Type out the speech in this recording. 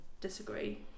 disagree